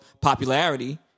popularity